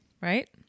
right